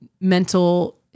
mental